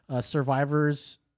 Survivors